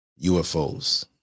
UFOs